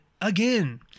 again